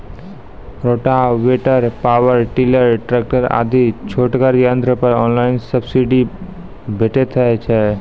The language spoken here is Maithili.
रोटावेटर, पावर टिलर, ट्रेकटर आदि छोटगर यंत्र पर ऑनलाइन सब्सिडी भेटैत छै?